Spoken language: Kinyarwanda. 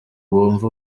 bumve